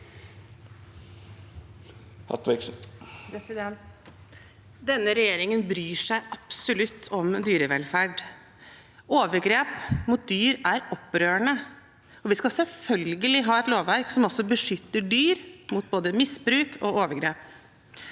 Denne regjeringen bryr seg absolutt om dyrevelferd. Overgrep mot dyr er opprørende, og vi skal selvfølgelig ha et lovverk som også beskytter dyr mot både misbruk og overgrep.